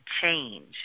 change